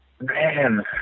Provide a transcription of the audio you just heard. Man